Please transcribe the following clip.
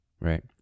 right